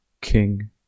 King